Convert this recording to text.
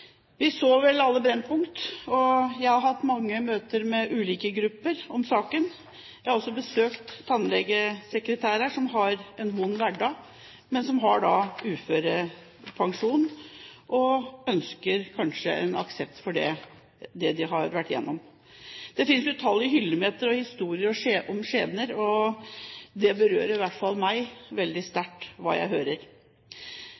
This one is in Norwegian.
Vi så vel alle Brennpunkt. Jeg har hatt mange møter med ulike grupper om saken. Jeg har også besøkt tannlegesekretærer som har en vond hverdag, og som har uførepensjon. De ønsker kanskje en aksept for det de har vært gjennom. Det finnes utallige hyllemeter og historier om skjebner, og det jeg hører, berører i hvert fall meg veldig